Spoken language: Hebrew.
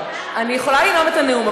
אני יכולה לנאום את הנאום,